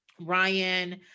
Ryan